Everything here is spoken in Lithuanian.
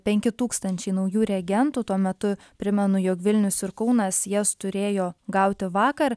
penki tūkstančiai naujų reagentų tuo metu primenu jog vilnius ir kaunas jas turėjo gauti vakar